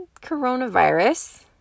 coronavirus